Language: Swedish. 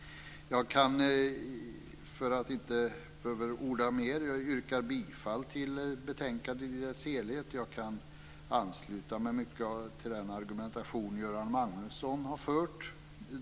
Jag yrkar bifall till utskottets förslag till riksdagsbeslut och kan i mångt och mycket ansluta mig till Göran Magnussons argumentation.